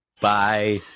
Bye